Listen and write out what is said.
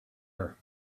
her